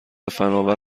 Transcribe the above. فناور